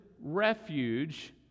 refuge